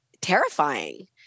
terrifying